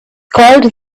called